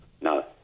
No